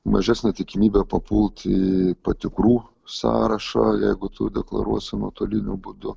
mažesnė tikimybė papult į patikrų sąrašą jeigu tu deklaruosi nuotoliniu būdu